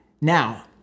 Now